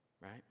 right